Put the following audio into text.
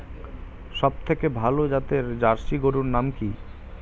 সবথেকে ভালো জাতের জার্সি গরুর নাম কি?